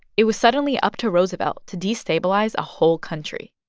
it was suddenly up to roosevelt to destabilize a whole country